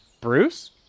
Bruce